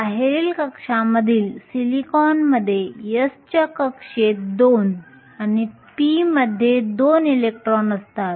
बाहेरील कक्षामधील सिलिकॉनमध्ये s च्या कक्षेत दोन आणि p मध्ये दोन इलेक्ट्रॉन असतात